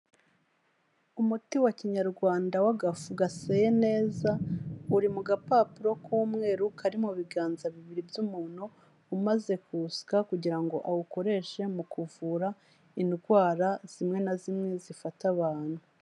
Umuti wa kinyarwanda w'agafu gaseye neza uri mu gapapuro k'umweru kari mu biganza bibiri by'umuntu umaze kuwusuka kugira ngo awukoreshe mu kuvura indwara zimwe na zimwe zifata abantu.